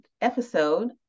episode